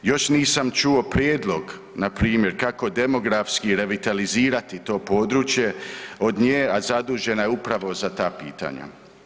Još nisam čuo prijedlog na primjer kako demografski revitalizirati to područje od nje, a zadužena je upravo za ta pitanja.